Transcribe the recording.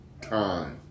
time